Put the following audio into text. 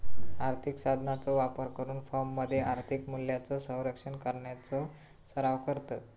आर्थिक साधनांचो वापर करून फर्ममध्ये आर्थिक मूल्यांचो संरक्षण करण्याचो सराव करतत